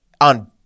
on